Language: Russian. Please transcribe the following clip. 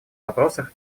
вопросах